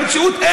במציאות,